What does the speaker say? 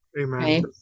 Amen